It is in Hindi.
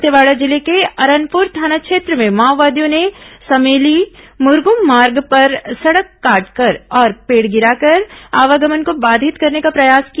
दंतेवाड़ा जिले के अरनपुर थाना क्षेत्र में माओवादियों ने समेली बुरगुम मार्ग पर सड़क काटकर और पेड़ गिराकर आवागमन को बाधित करने का प्रयास किया